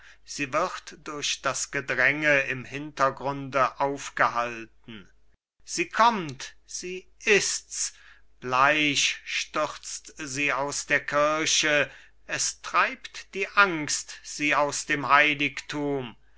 sie wird durch das gedränge im hintergrunde aufgehalten sie kommt sie ists bleich stürzt sie aus der kirche es treibt die angst sie aus dem heiligtum